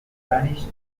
danish